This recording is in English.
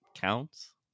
counts